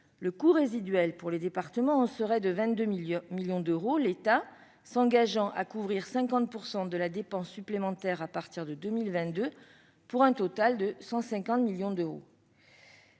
Le coût résiduel pour les départements serait de 22 millions d'euros, l'État s'engageant à couvrir 50 % de la dépense supplémentaire à partir de 2022, pour un montant total de 150 millions d'euros.